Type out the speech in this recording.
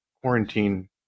quarantine